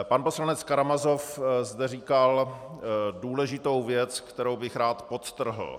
Pan poslanec Karamazov zde říkal důležitou věc, kterou bych rád podtrhl.